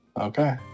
Okay